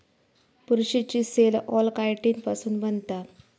बुरशीची cell wall chitin पासुन बनता